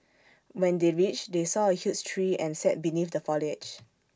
when they reached they saw A huge tree and sat beneath the foliage